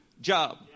job